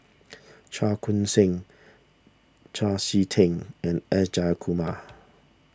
Cheong Koon Seng Chau Sik Ting and S Jayakumar